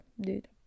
dude